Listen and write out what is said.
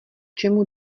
čemu